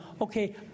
okay